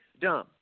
dumb